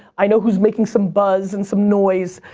i know who's making some buzz and some noise.